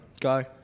Go